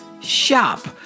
shop